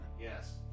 Yes